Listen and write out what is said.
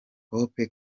hope